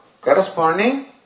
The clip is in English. corresponding